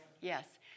Yes